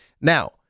Now